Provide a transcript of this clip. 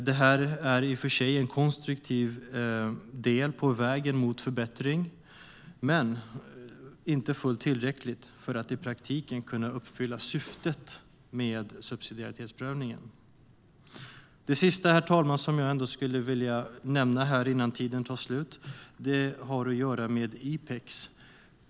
Det är i och för sig en konstruktiv del på vägen mot förbättring, men det är inte fullt tillräckligt för att i praktiken kunna uppfylla syftet med subsidiaritetsprövningen. Det sista jag skulle vilja nämna innan min talartid tar slut har att göra med IPEX, herr talman.